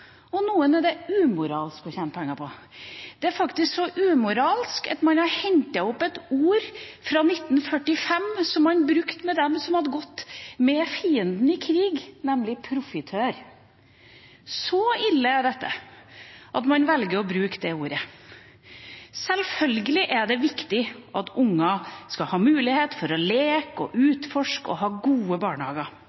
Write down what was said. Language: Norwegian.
og noe er det umoralsk å tjene penger på. Det er faktisk så umoralsk at man har hentet opp et ord fra 1945 som man brukte om dem som hadde gått med fienden i krig, nemlig «profitør». Så ille er dette, at man velger å bruke dette ordet. Sjølsagt er det viktig at barn skal ha mulighet til å leke og